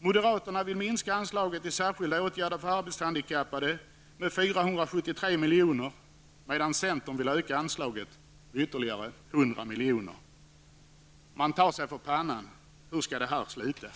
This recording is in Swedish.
Moderaterna vill minska anslaget till särskilda åtgärder för arbetshandikappade med 473 milj.kr., medan centern vill öka anslaget med ytterligare 100 milj.kr. Man tar sig för pannan och frågar sig: Hur skall detta sluta?